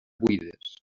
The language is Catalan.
buides